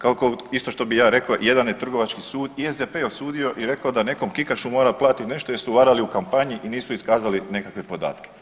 Kao isto što bih ja rekao jedan je Trgovački sud i SDP osudio i rekao da nekom Kikašu mora platiti nešto jer su varali u kampanji i nisu iskazali nekakve podatke.